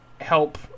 help